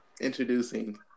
introducing